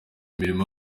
imirimo